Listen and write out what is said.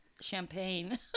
champagne